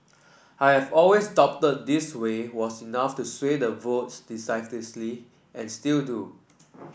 I have always doubted this way was enough to sway the votes and still do